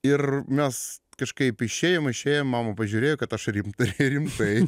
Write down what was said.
ir mes kažkaip išėjome išėjom mama pažiūrėjo kad aš rimtai rimtai